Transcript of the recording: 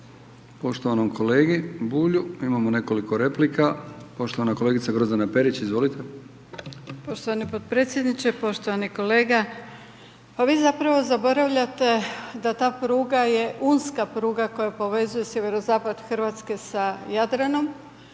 poštovanom kolegi Bulju. Imamo nekoliko replika. Poštovana kolegica Grozdana Perić, izvolite. **Perić, Grozdana (HDZ)** Poštovani potpredsjedniče, poštovani kolega. Pa vi zapravo zaboravljate da ta pruga je unska pruga koja povezuje sjeverozapad Hrvatske sa Jadranom